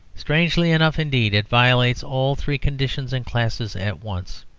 strangely enough, indeed, it violates all three conditions and classes at once.